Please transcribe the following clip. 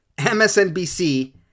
MSNBC